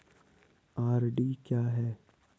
RD क्या है?